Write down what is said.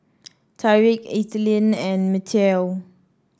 Tyrik Ethelyn and Mateo